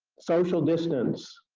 social distance,